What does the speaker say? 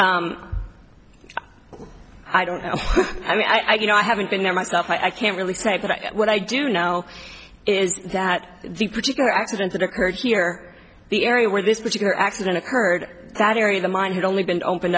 that i don't know i mean i do know i haven't been there myself so i can't really say but what i do know is that the particular accident that occurred here the area where this particular accident occurred that area of the mine had only been open